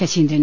Saseendran